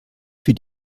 für